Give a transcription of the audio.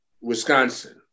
Wisconsin